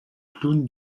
clown